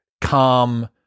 calm